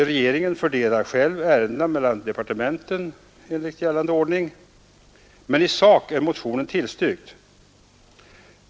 Regeringen fördelar själv ärendena mellan departementen enligt gällande ordning. Men i sak är motionen tillstyrkt.